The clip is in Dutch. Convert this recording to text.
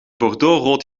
bordeauxrood